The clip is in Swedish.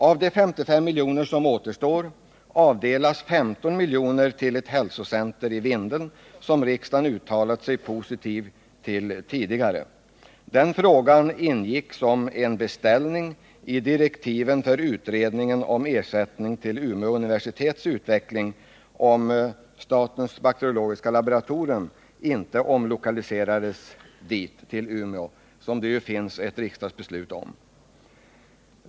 Av de 55 milj.kr. som återstår avdelas 15 milj.kr. till ett hälsocenter i Vindeln, som riksdagen tidigare har uttalat sig positivt om. Den frågan ingick som en beställning i direktiven för utredningen om ersättning till Umeå universitets utveckling, om statens bakteriologiska laboratorium inte omlokaliserades till Umeå som det finns ett riksdagsbeslut om.